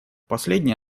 последнее